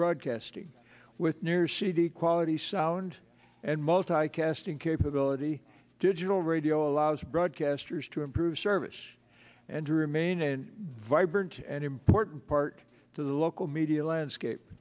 broadcasting with near cd quality sound and multicasting capability digital radio allows broadcasters to improve service and to remain and vibrant and important part to the local media landscape